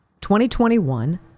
2021